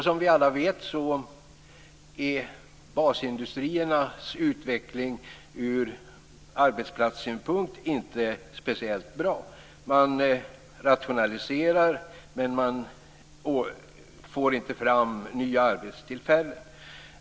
Som vi alla vet är basindustriernas utveckling från arbetsplatssynpunkt inte speciellt bra. Man rationaliserar, men man får inte fram nya arbetstillfällen.